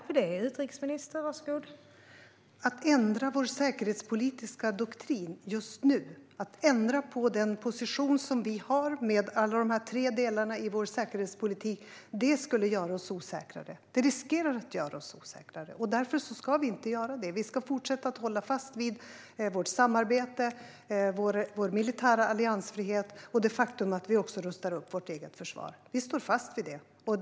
Fru talman! Att ändra vår säkerhetspolitiska doktrin just nu - att ändra på den position vi har, med alla de tre delarna i vår säkerhetspolitik - skulle göra oss mindre säkra. Det riskerar att göra oss mindre säkra, och därför ska vi inte göra detta. Vi ska fortsätta att hålla fast vid våra samarbeten, vår militära alliansfrihet och det faktum att vi också rustar upp vårt eget försvar. Vi står fast vid detta.